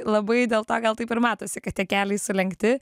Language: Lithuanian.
labai dėl to gal taip ir matosi kad tie keliai sulenkti